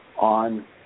on